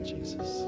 Jesus